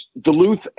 Duluth